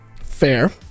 Fair